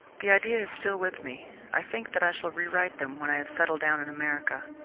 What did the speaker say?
the idea is still with me. i think that i shall rewrite them when i have settled down in america.